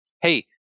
Hey